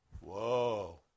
whoa